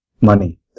money